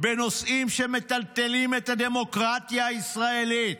בנושאים שמטלטלים את הדמוקרטיה הישראלית,